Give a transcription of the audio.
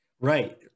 Right